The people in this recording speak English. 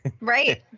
Right